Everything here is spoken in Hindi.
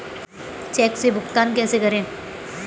चेक से भुगतान कैसे करें?